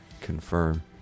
confirm